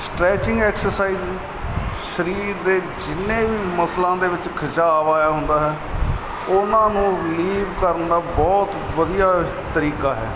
stretching exercise ਸਰੀਰ ਦੇ ਜਿੰਨੇ ਵੀ ਮਸਲਾਂ ਦੇ ਵਿੱਚ ਖਿਚਾਵ ਆਇਆ ਹੁੰਦਾ ਉਹਨਾਂ ਨੂੰ ਰਲੀਜ ਕਰਨ ਦਾ ਬਹੁਤ ਵਧੀਆ ਤਰੀਕਾ ਹੈ